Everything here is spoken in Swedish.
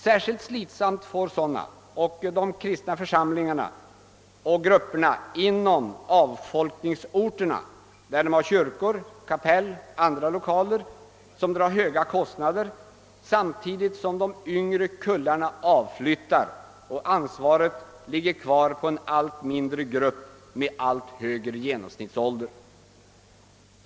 Särskilt slitsamt har de ideella organisationerna inom avfolkningsorterna. De har där kyrkor, kapell eller andra lokaler som drar höga kostnader, de yngre medlemmarna avflyttar och ansvaret ligger kvar på en allt mindre grupp med allt högre genomsnittsålder.